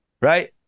Right